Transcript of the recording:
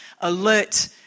alert